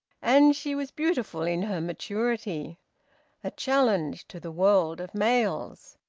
and she was beautiful in her maturity a challenge to the world of males.